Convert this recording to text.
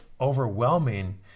overwhelming